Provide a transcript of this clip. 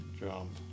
jump